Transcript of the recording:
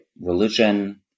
religion